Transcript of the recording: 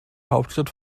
hauptstadt